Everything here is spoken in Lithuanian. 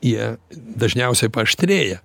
jie dažniausia paaštrėja